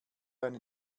eine